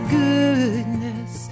goodness